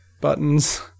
buttons